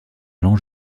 allant